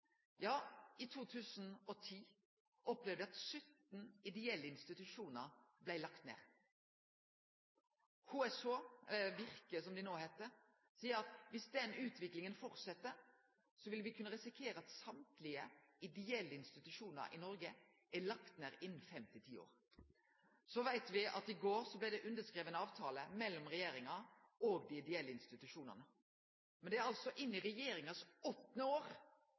Ja, kva er det me har opplevd under den raud-grøne regjeringa? I 2010 opplevde me at 17 ideelle institusjonar blei lagde ned. HSH – Virke som dei no heiter – sa at dersom den utviklinga fortset, vil me kunne risikere at alle dei ideelle institusjonane i Noreg er lagde ned innan fem til ti år. Så veit me at i går underskreiv regjeringa og dei ideelle institusjonane ein avtale. Men det er i regjeringas åttande år